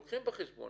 אנחנו לוקחים בחשבון.